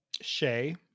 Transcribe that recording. Shay